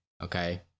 Okay